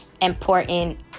important